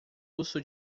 urso